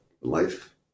life